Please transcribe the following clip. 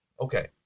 Okay